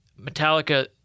Metallica